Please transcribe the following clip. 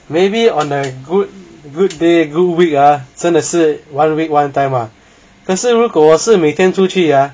maybe on a good good day good week ah 真的是 one week one time ah 可是如果我是每天出去 ah